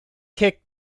kick